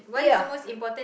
yeah